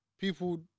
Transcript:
People